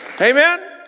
Amen